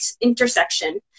intersection